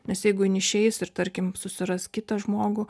nes jeigu jin išeis ir tarkim susiras kitą žmogų